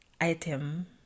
item